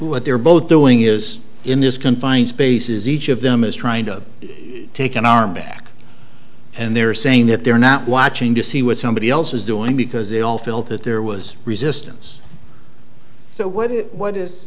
what they're both doing is in this confined spaces each of them is trying to take an arm back and they're saying that they're not watching to see what somebody else is doing because they all felt that there was resistance so what what is